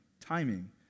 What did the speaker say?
timing